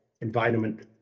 environment